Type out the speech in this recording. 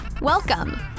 Welcome